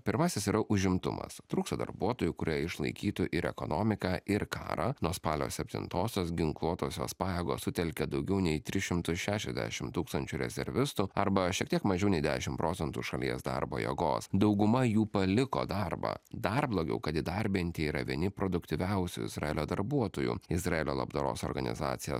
pirmasis yra užimtumas trūksta darbuotojų kurie išlaikytų ir ekonomiką ir karą nuo spalio septintosios ginkluotosios pajėgos sutelkė daugiau nei tris šimtus šešiasdešim tūkstančių rezervistų arba šiek tiek mažiau nei dešim procentų šalies darbo jėgos dauguma jų paliko darbą dar blogiau kad įdarbinti yra vieni produktyviausių izraelio darbuotojų izraelio labdaros organizacija